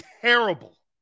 terrible